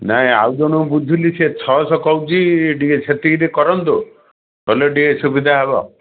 ନାଇଁ ଆଉ ଜଣ ବୁଝିଲି ସେ ଛଅଶହ କହୁଛି ଟିକେ ସେତିକି ଟିକେ କରନ୍ତୁ କଲେ ଟିକେ ସୁବିଧା ହବ